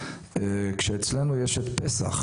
כשאצלנו יש את פסח?